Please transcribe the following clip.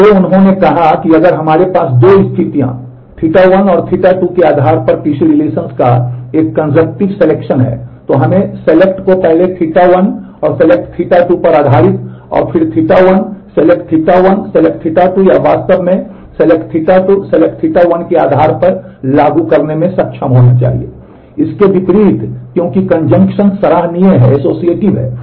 इसलिए उन्होंने कहा कि अगर हमारे पास दो स्थितियों Ɵ1 और Ɵ2 के आधार पर किसी रिलेशन ऑपरेशन भी सराहनीय है